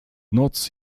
noc